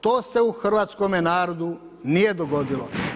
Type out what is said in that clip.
To se u hrvatskome narodu nije dogodilo.